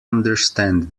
understand